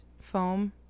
foam